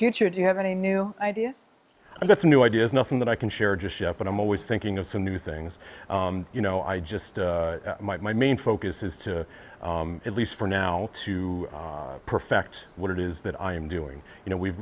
future do you have any new ideas and that's new ideas nothing that i can share just yet but i'm always thinking of some new things you know i just might my main focus is to at least for now to perfect what it is that i'm doing you know we've